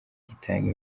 gitanga